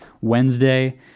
Wednesday